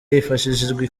hifashishijwe